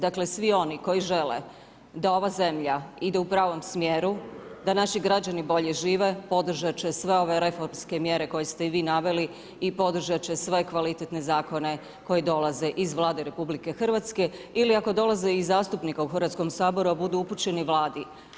Dakle svi oni koji žele da ova zemlja ide u pravom smjeru, da naši građani bolje žive, podržat će sve ove reformske mjere koje ste i vi naveli i podržat će sve kvalitetne zakone koji dolaze iz Vlade RH ili ako dolaze iz zastupnika u Hrvatskom saboru, a budu upućeni vladi.